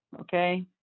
okay